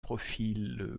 profil